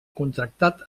contractat